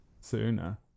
Sooner